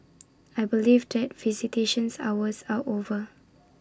I believe that visitations hours are over